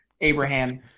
Abraham